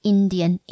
Indian